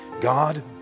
God